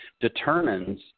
determines